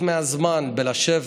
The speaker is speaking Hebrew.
ועוד ועוד, הוא פשוט